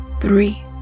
three